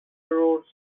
roads